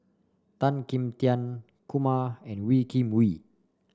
Tan Kim Tian Kumar and Wee Kim Wee